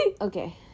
Okay